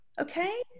okay